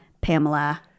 Pamela